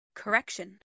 Correction